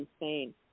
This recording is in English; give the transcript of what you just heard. insane